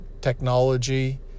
technology